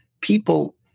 people